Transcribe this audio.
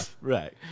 Right